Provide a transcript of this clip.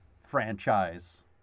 franchise